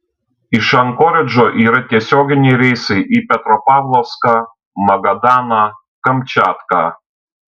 iš ankoridžo yra tiesioginiai reisai į petropavlovską magadaną kamčiatką